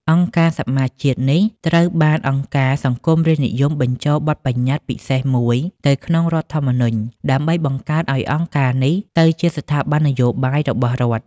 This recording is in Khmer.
អង្គការសមាជជាតិនេះត្រូវបានអង្គការសង្គមរាស្ត្រនិយមបញ្ចូលបទប្បញ្ញត្តិពិសេសមួយទៅក្នុងរដ្ឋធម្មនុញ្ញ ដើម្បីបង្កើតឱ្យអង្គការនេះទៅជាស្ថាប័ននយោបាយរបស់រដ្ឋ។